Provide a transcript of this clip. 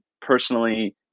personally